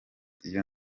iyo